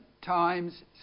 times